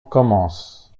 commence